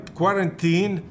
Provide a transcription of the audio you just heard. quarantine